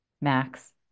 Max